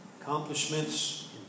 accomplishments